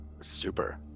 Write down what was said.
Super